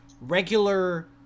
regular